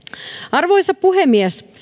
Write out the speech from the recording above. arvoisa puhemies